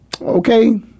Okay